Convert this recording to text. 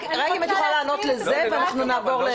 רק אם את יכולה לענות לזה ואנחנו נעבור.